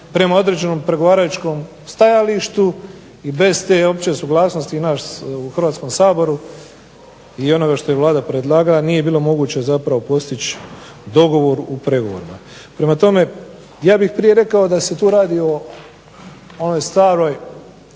prema određenom pregovaračkom stajalištu, bez te opće suglasnosti u Hrvatskom saboru i onoga što je Vlada predlagala nije bilo moguće postići dogovor u pregovorima. Prema tome, ja bih prije rekao da se tu radi o onoj staroj